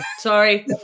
Sorry